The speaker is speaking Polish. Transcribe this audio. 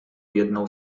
jedną